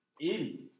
idiot